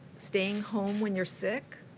staying home when you're sick,